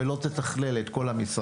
ולא תתכלל את כל המשרדים,